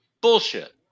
Bullshit